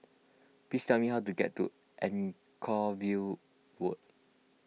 please tell me how to get to Anchorvale Walk